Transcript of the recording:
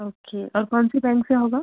okay और कौन सी बैंक से होगा